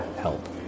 help